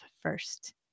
first